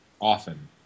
often